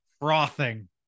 frothing